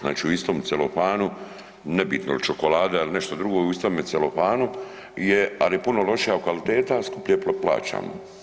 Znači u istom celofanu nebitno jel čokolada ili nešto drugo u istome celofanu je, ali je puno lošija kvaliteta, a skuplje plaćamo.